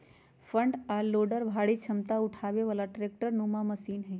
front आ loader भारी क्षमता उठाबे बला ट्रैक्टर नुमा मशीन हई